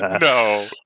No